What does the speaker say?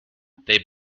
they